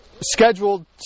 scheduled